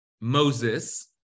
Moses